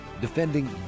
Defending